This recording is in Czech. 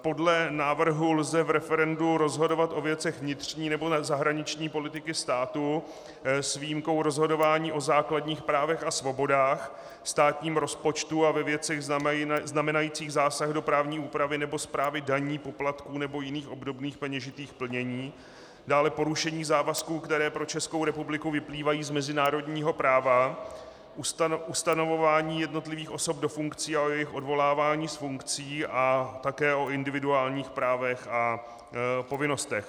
Podle návrhu lze v referendu rozhodovat o věcech vnitřních nebo o zahraniční politice státu s výjimkou rozhodování o základních právech a svobodách,o státním rozpočtu a ve věcech znamenajících zásah do právní úpravy nebo správy daní, poplatků nebo jiných obdobných peněžitých plnění, dále porušení závazků, které pro Českou republiku vyplývají z mezinárodního práva, ustanovování jednotlivých osob do funkcí, ale i jejich odvolávání z funkcí a také o individuálních právech a povinnostech.